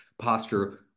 posture